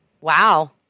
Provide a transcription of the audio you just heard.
Wow